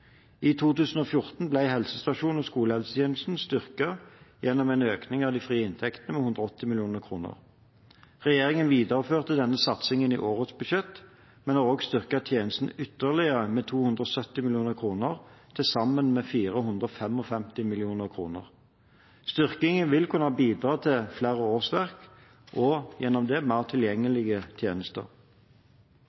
I 2014 ble helsestasjons- og skolehelsetjenesten styrket gjennom en økning av de frie inntektene med 180 mill. kr. Regjeringen videreførte denne satsingen i årets budsjett, men har også styrket tjenesten ytterligere med 270 mill. kr – til sammen 455 mill. kr. Styrkingen vil kunne bidra til flere årsverk, og gjennom det en mer